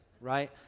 right